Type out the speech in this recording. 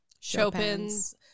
Chopin's